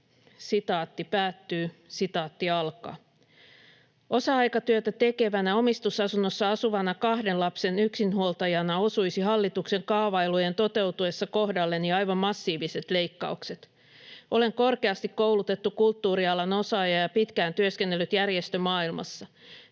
menettää näin kotimme." "Osa-aikatyötä tekevänä, omistusasunnossa asuvana kahden lapsen yksinhuoltajana osuisi hallituksen kaavailujen toteutuessa kohdalleni aivan massiiviset leikkaukset. Olen korkeasti koulutettu kulttuurialan osaaja ja pitkään työskennellyt järjestömaailmassa.